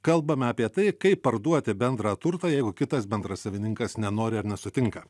kalbame apie tai kaip parduoti bendrą turtą jeigu kitas bendrasavininkas nenori ar nesutinka